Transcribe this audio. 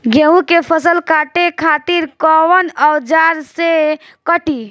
गेहूं के फसल काटे खातिर कोवन औजार से कटी?